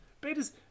Beta's